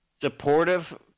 supportive—